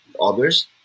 others